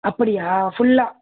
அப்படியா ஃபுல்லா